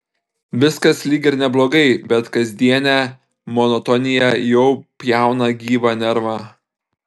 viskas lyg ir neblogai bet kasdienė monotonija jau pjauna gyvą nervą